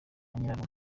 nyirarume